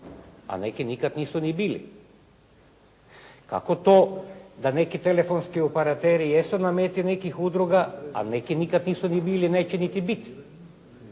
a neki nisu nikada ni bili? Kako to da neki telefonski operateri jesu na meti nekih udruga, a neki nikada nisu ni bili, neće niti biti?